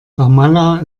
ramallah